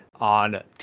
On